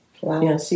Wow